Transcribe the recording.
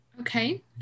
Okay